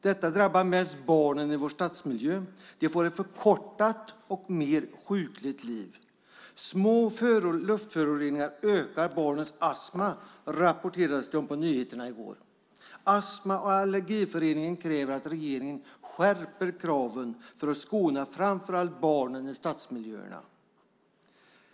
Detta drabbar mest barn i stadsmiljö. De får ett förkortat och mer sjukligt liv. Små luftföroreningar ökar risken för astma hos barn, rapporterades det på nyheterna i går. Astma och Allergiförbundet kräver att regeringen skärper kraven för att skona framför allt barnen i stadsmiljöerna.